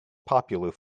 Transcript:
popular